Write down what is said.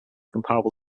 comparable